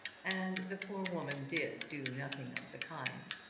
and the poor woman did do nothing of the kind.